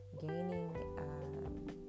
gaining